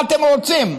מה אתם רוצים?